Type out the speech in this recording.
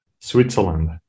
Switzerland